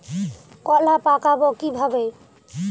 কলা পাকাবো কিভাবে?